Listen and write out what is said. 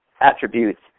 attributes